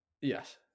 yes